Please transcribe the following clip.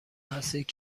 هستید